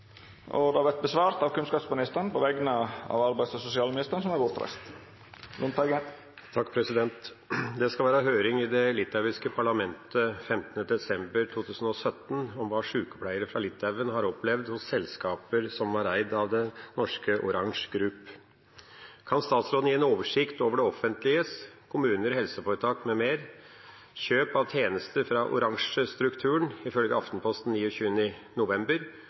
av kunnskapsministeren på vegner av arbeids- og sosialministeren, som er bortreist. «Det skal være høring i det litauiske parlamentet 15. desember 2017 om hva sjukepleiere fra Litauen har opplevd hos selskaper som var eid av norske Orange Group. Kan statsråden gi en oversikt over det offentliges kjøp av tjenester fra 'Orange-strukturen', ifølge Aftenposten 29. november,